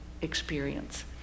experience